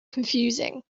confusing